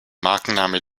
markenname